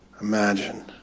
Imagine